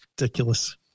ridiculous